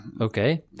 Okay